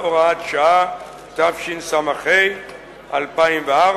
(הוראת שעה), התשס"ה 2004,